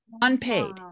Unpaid